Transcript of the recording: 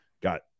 got